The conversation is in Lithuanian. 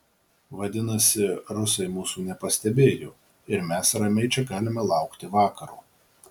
vadinasi rusai mūsų nepastebėjo ir mes ramiai čia galime laukti vakaro